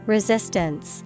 Resistance